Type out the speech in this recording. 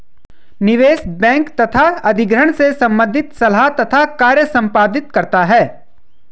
निवेश बैंक तथा अधिग्रहण से संबंधित सलाह तथा कार्य संपादित करता है